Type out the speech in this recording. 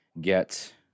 get